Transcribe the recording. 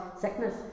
sickness